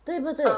对不对